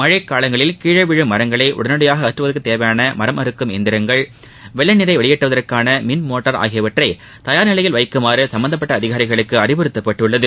மழைக்காலங்களில் கீழே விழும் மரங்களை உடனடியாக அகற்றுவதற்கு தேவையான மரம் அறுக்கும் எந்திரங்கள் வெள்ளநீரை வெளியேற்றுவதற்கான மின்மோட்டார் ஆகியவற்றை தயார் நிலையில் வைக்குமாறு சும்பந்தப்பட்ட அதிகாரிகளுக்கு அறிவுறுத்தப்பட்டுள்ளது